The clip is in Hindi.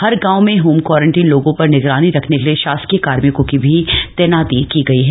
हर गांव में होम क्वारंटीन लोगों पर निगरानी रखने के लिए शासकीय कार्मिकों की भी तैनाती की गई है